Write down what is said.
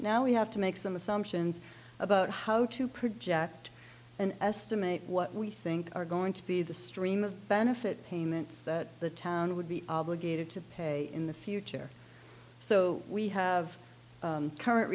now we have to make some assumptions about how to project an estimate what we think are going to be the stream of benefit payments that the town would be obligated to pay in the future so we have current